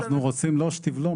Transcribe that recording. אנחנו לא רוצים שתבלום,